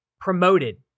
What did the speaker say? promoted